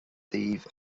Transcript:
daoibh